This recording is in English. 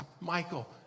Michael